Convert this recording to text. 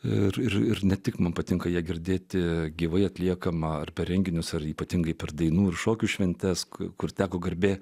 ir ir ne tik man patinka ją girdėti gyvai atliekama ar per renginius ar ypatingai per dainų ir šokių šventes kur teko garbė